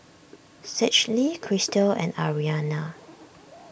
Schley Crystal and Ariana